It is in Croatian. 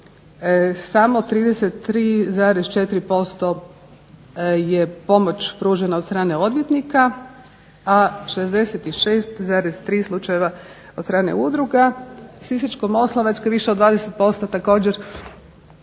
samo 33,4% je pomoć pružena od strane odvjetnika, a 66,3 slučajeva od strane udruga. Sisačko-moslavačka više od 20% također